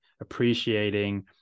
appreciating